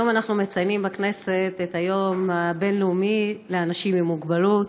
היום אנחנו מציינים בכנסת את היום הבין-לאומי לאנשים עם מוגבלות,